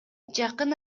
жакын